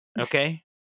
Okay